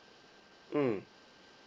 mm